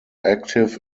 active